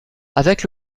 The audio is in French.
avec